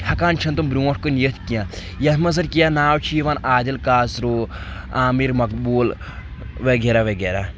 ہٮ۪کان چھِنہٕ تِم برٛونٛٹھ کُن یِتھ کینٛہہ یتھ منٛز زن کینٛہہ ناو چھِ یِوان عادل کاژروٗ عامر مقبوٗل وغیرہ وغیرہ